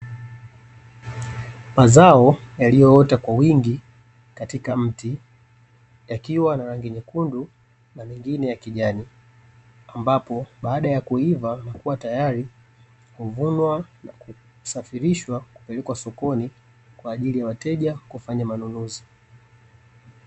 Mazao yaliyoota kwa wingi katika mti yakiwa na rangi nyekundu na mengine ya kijani, ambapo baada ya kuiva na kuwa tayari, huvunwa na kusafirishwa kupelekwa sokoni kwa ajili ya wateja kufanya manunuzi.